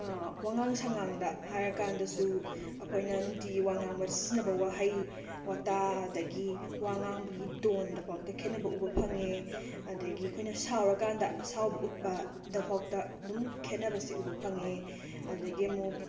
ꯋꯥꯉꯥꯡ ꯁꯥꯉꯥꯡꯗ ꯍꯥꯏꯔꯀꯥꯟꯗꯁꯨ ꯑꯩꯈꯣꯏꯅ ꯅꯨꯡꯇꯤꯒꯤ ꯋꯥ ꯉꯥꯡꯕꯗ ꯁꯤꯖꯤꯟꯅꯕ ꯋꯥꯍꯩ ꯋꯥꯇꯥ ꯑꯗꯒꯤ ꯋꯥ ꯉꯥꯡꯕꯒꯤ ꯇꯣꯟꯗꯕꯧꯇ ꯈꯦꯠꯅꯕ ꯎꯕ ꯐꯪꯉꯦ ꯑꯗꯒꯤ ꯑꯩꯈꯣꯏꯅ ꯁꯥꯎꯔꯀꯥꯟꯗ ꯑꯁꯥꯎꯕ ꯎꯠꯄꯗꯐꯧꯇ ꯑꯗꯨꯝ ꯈꯦꯠꯅꯕꯁꯦ ꯎꯕ ꯐꯪꯉꯦ ꯑꯗꯨꯗꯒꯤ ꯑꯃꯨꯛ